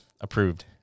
approved